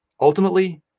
ultimately